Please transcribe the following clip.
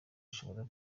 ishobora